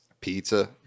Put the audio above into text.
Pizza